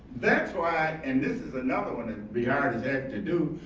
that's why and this is another one and beyond his act to do,